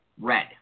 red